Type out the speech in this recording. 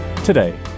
Today